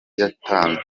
yatanze